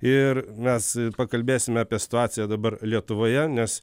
ir mes pakalbėsime apie situaciją dabar lietuvoje nes